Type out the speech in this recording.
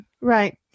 right